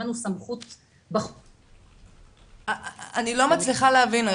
לנו סמכות --- אני לא מצליחה להבין,